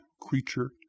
creature